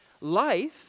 Life